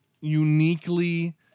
uniquely